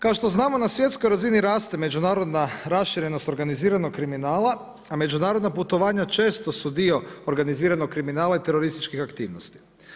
Kao što znamo na svjetskoj razini taste međunarodna raširenost organiziranog kriminala, a međunarodna putovanja često su dio organiziranog kriminala i terorističkih aktivnosti.